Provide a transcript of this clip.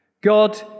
God